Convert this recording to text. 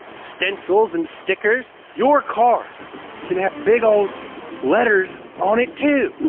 stencils, and stickers, your car can have big old letters on it too.